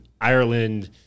Ireland